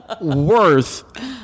worth